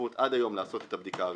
עד היום האפשרות לעשות את הבדיקה הזו,